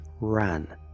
ran